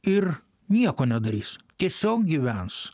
ir nieko nedarys tiesiog gyvens